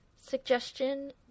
suggestion